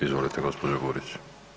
Izvolite gospođo Burić.